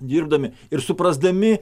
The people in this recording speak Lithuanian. dirbdami ir suprasdami